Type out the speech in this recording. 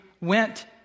went